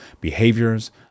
behaviors